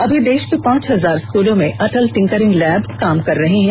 अमी देष के पांच हजार स्कूलों में अटल टिंकरिंग लैब काम कर रहा है